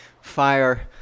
fire